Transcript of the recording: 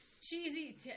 Cheesy